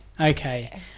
okay